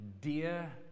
dear